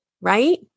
right